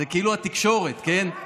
זה כאילו התקשורת, כן?